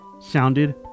sounded